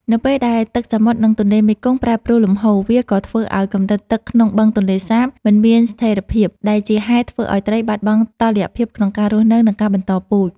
នៅពេលដែលទឹកសមុទ្រ និងទន្លេមេគង្គប្រែប្រួលលំហូរ វាក៏ធ្វើឱ្យកម្រិតទឹកក្នុងបឹងទន្លេសាបមិនមានស្ថិរភាព ដែលជាហេតុធ្វើឱ្យត្រីបាត់បង់តុល្យភាពក្នុងការរស់នៅ និងការបន្តពូជ។